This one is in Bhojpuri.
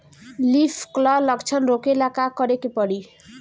लीफ क्ल लक्षण रोकेला का करे के परी?